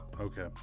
Okay